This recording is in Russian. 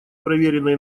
проверенная